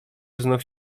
znów